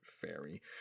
fairy